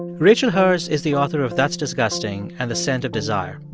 rachel herz is the author of that's disgusting and the scent of desire.